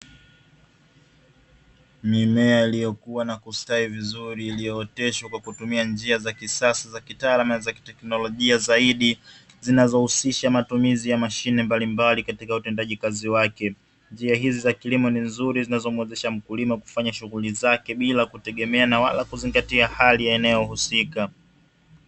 Mimea iliyokua na kustawi vizuri, iliyooteshwa kwa kutumia njia za kisasa za kitaalamu na za kiteknolojia zaidi, zinazohusisha matumizi ya mashine mbalimbali katika utendaji kazi wake. Njia hizi za kilimo ni nzuri, zinazomwezesha mkulima kufanya shughuli zake bila kutegemea na wala kuzingatia hali ya eneo husika.